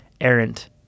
errant